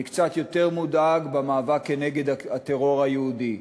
אני קצת יותר מודאג לגבי המאבק כנגד הטרור היהודי.